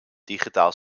digitaal